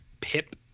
Pip